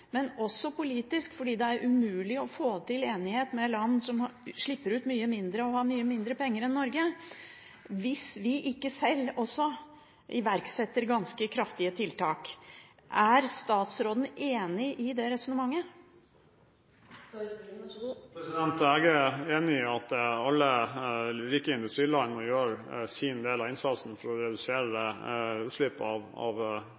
men også politisk fordi det er umulig å få til enighet med land som slipper ut mye mindre og har mye mindre penger enn Norge, hvis vi ikke selv også iverksetter ganske kraftige tiltak. Er statsråden enig i det resonnementet? Jeg er enig i at alle rike industriland må gjøre sin del av innsatsen for å redusere utslipp av